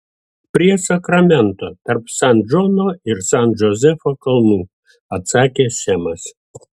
prie sakramento tarp san džono ir san džozefo kalnų atsakė semas